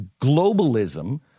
globalism